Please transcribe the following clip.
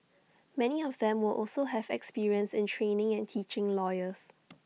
many of them will also have experience in training and teaching lawyers